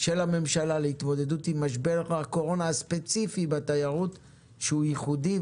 של הממשלה להתמודדות עם משבר הקורונה הספציפי בתיירות שהוא ייחודי.